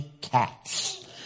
cats